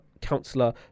councillor